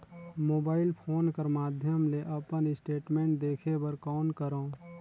Mobile phone कर माध्यम ले अपन स्टेटमेंट देखे बर कौन करों?